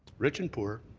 rich and poor,